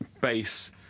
base